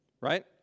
Right